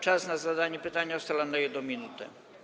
Czas na zadanie pytanie ustalam na 1 minutę.